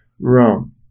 Rome